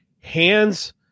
hands